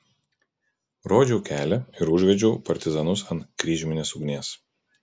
rodžiau kelią ir užvedžiau partizanus ant kryžminės ugnies